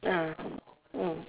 ah mm